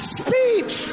speech